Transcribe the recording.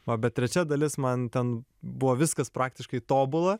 o bet trečia dalis man ten buvo viskas praktiškai tobula